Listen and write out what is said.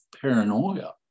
paranoia